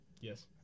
Yes